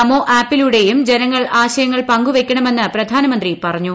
നമോ ആപ്പിലൂടെയും ജനങ്ങൾ ആശയങ്ങൾ പങ്കുവയ്ക്കണമെന്ന് പ്രധാനമന്ത്രി പറഞ്ഞു